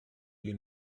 you